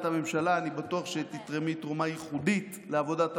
אני בטוח שתתרמי תרומה ייחודית לעבודת הממשלה,